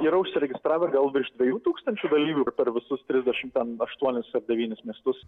yra užsiregistravę gal virš dviejų tūkstančių dalyvių per visus trisdešim ten aštuonis devynis miestus